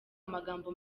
amagambo